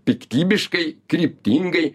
piktybiškai kryptingai